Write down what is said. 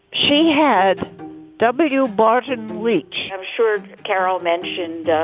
she had w barton leak i'm sure carol mentioned.